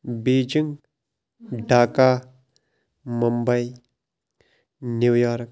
Beijing Dhaka Mumbai New York